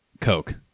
coke